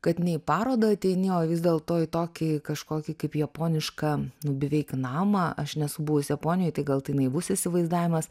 kad ne į parodą ateini o vis dėlto į tokį kažkokį kaip japonišką nu beveik namą aš nesu buvusi japonijoj tai gal tai naivus įsivaizdavimas